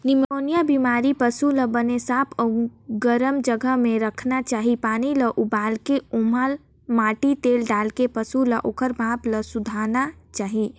pneumonia बेमारी के पसू ल बने साफ अउ गरम जघा म राखना चाही, पानी ल उबालके ओमा माटी तेल डालके पसू ल ओखर भाप ल सूंधाना चाही